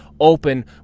open